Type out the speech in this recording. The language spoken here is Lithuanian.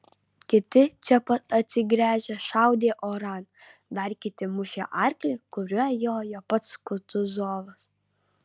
kiti čia pat atsigręžę šaudė oran dar kiti mušė arklį kuriuo jojo pats kutuzovas